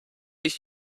ich